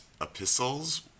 epistles